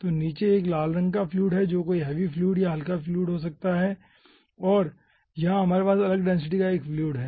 तो नीचे 1 लाल रंग का फ्लूइड है जो कोई हैवी फ्लूइड या हल्का फ्लूइड हो सकता है और यहाँ हमारे पास अलग डेंसिटी का एक और फ्लूइड हैं